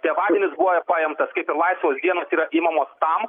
tėvadienis buvo paimtas kaip ir laisvos dienos yra imamos tam